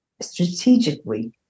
strategically